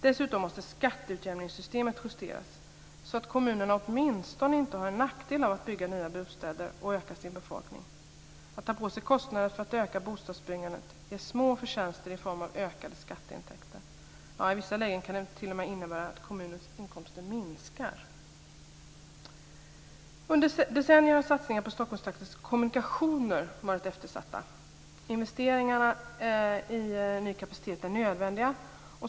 Dessutom måste skatteutjämningssystemet justeras så att kommunerna åtminstone inte har en nackdel av att bygga nya bostäder och öka sin befolkning. Att ta på sig kostnader för att öka bostadsbyggandet ger små förtjänster i form av ökade skatteintäkter. Ja, i vissa lägen kan det t.o.m. innebära att kommunernas inkomster minskar. Under decennier har satsningar på Stockholmstraktens kommunikationer varit eftersatta. Investeringar i ny kapacitet är nödvändiga.